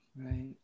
Right